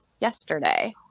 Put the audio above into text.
yesterday